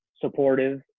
supportive